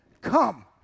come